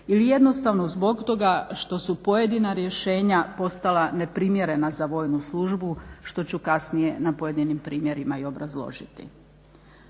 ili jednostavno zbog toga što su pojedina rješenja postala neprimjerena za vojnu službu što ću kasnije na pojedinim primjerima i obrazložiti.